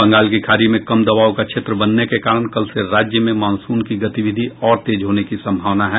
बंगाल की खाड़ी में कम दबाव का क्षेत्र बनने के कारण कल से राज्य में मॉनसून की गतिविधि और तेज होने की संभावना है